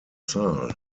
zahl